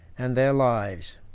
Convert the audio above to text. and their lives.